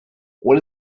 what